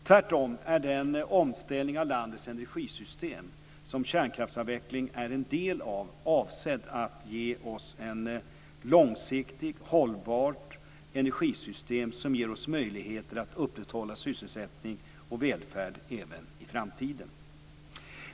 Tvärtom är den omställning av landets energisystem som kärnkraftsavvecklingen är en del av, avsedd att ge oss ett långsiktigt hållbart energisystem som ger oss möjligheter att upprätthålla sysselsättning och välfärd även i framtiden.